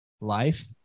life